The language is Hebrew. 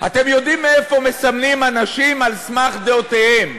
אתם יודעים איפה מסמנים אנשים על סמך דעותיהם.